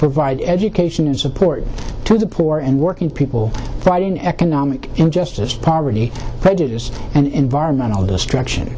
provide education as support to the poor and working people fighting economic injustice poverty prejudice and environmental destruction